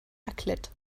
raclette